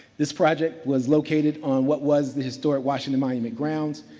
this project was located on what was the historic washington monument grounds.